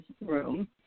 room